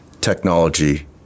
technology